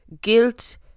guilt